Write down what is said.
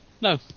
no